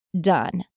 done